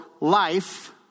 life